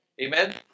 Amen